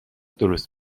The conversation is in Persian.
درست